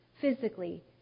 physically